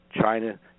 China